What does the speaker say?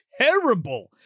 terrible